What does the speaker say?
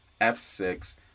f6